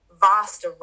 vast